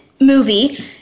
movie